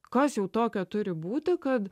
kas jau tokio turi būti kad